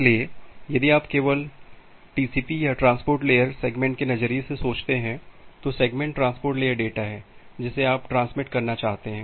इसलिए यदि आप केवल टीसीपी या ट्रांसपोर्ट लेयर सेगमेंट के नजरिये से सोचते हैं तो सेगमेंट ट्रांसपोर्ट लेयर डेटा है जिसे आप ट्रांसमिट करना चाहते हैं